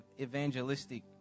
evangelistic